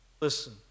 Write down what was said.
listen